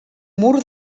mur